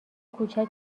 کوچک